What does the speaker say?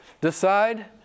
decide